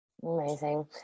Amazing